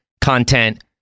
content